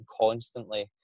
constantly